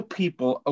people